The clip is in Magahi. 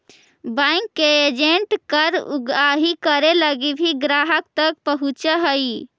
बैंक के एजेंट कर उगाही करे लगी भी ग्राहक तक पहुंचऽ हइ